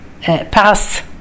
pass